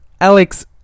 Alex